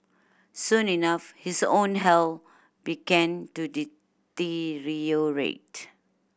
soon enough his own health began to deteriorate